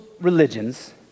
religions